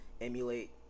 emulate